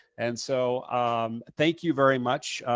and so um thank you very much,